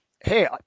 hey